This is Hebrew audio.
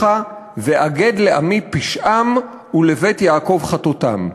והגד לעמי פשעם ולבית יעקב חַטֹּאתָם.